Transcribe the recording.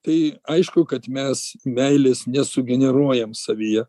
tai aišku kad mes meilės nesugeneruojam savyje